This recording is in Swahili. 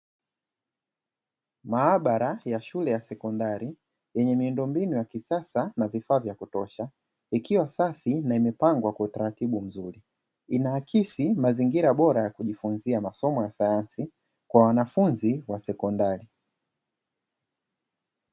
Maabara ya shule ya sekondari yenye miundombinu ya kisasa na vifaa vya kutosha, ikiwa safi na imepangwa kwa utaratibu mzuri inaakisi mazingira bora ya kujifunza masomo ya sayansi kwa wanafunzi wa sekondari.